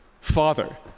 father